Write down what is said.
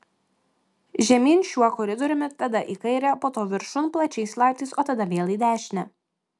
žemyn šiuo koridoriumi tada į kairę po to viršun plačiais laiptais o tada vėl į dešinę